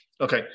Okay